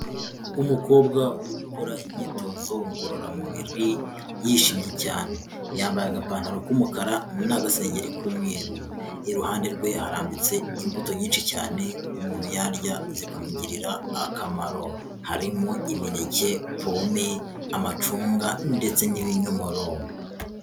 Umukobwa uri gukora imyitozo ngororamubiri yishimye cyane, yambaye agapantaro k'umukara n'agasengengeri k'umweru, iruhande rwe harambitse imbuto nyinshi cyane umuntu yarya zikamugirira akamaro, harimo imineke, pome, amacunga ndetse n'ibinyomoro.